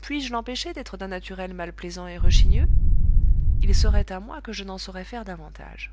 puis-je l'empêcher d'être d'un naturel mal plaisant et rechigneux il serait à moi que je n'en saurais faire davantage